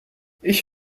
ich